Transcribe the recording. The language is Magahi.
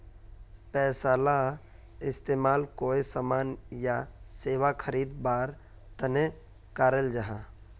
पैसाला इस्तेमाल कोए सामान या सेवा खरीद वार तने कराल जहा